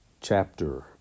chapter